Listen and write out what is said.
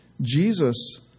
Jesus